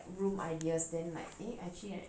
room ideas then like a~ actually I